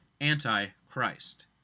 anti-christ